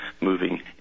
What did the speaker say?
moving